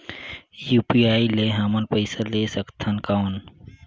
UPI ले हमन पइसा ले सकथन कौन?